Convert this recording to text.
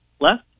left